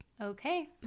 Okay